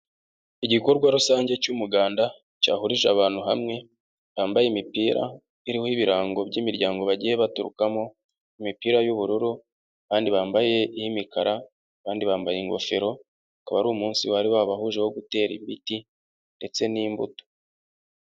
Igikorwa rusange cy'umuganda cyahurije abantu hamwe bambaye imipira iriho ibirango by'imiryango bagiye baturukamo, imipira y'ubururu, abandi bambaye imikara, abandi bambaye ingofero. Akaba ari umunsi wari wabahuje wo gutera ibiti ndetse n'imbuto.